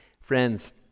Friends